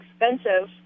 expensive